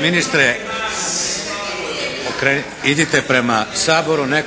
Ministre idite prema Saboru, ne,